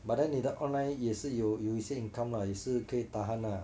but then 你的 online 也是有有一些 income lah 也是可以 tahan lah